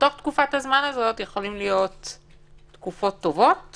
בתוך תקופת הזמן הזאת יכולות להיות תקופות טובות